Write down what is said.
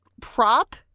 prop